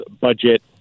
budget